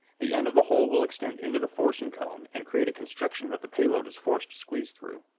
the end of the hull will extend into the forcing cone, and create a constriction that the payload is forced to squeeze through.